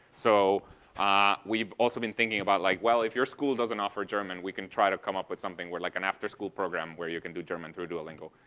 so ah we've also been thinking about, like, well, if your school doesn't offer german, we can try to come up with something where like an after school program where you can do german through duolingo.